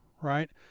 right